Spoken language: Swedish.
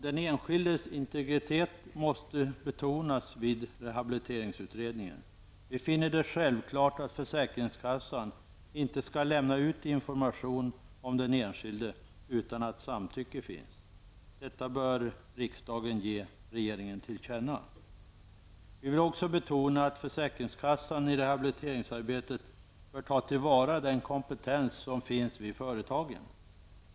Den enskildes integritet måste betonas vid rehabiliteringsutredningen. Vi finner det självklart att försäkringskassan inte skall lämna ut information om den enskilde utan att samtycke finns. Detta bör riksdagen ge regeringen till känna. Vi vill också betona att försäkringskassan i rehabiliteringsarbetet bör ta till vara den kompetens som finns vid företagen.